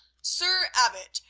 sir abbot,